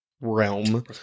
realm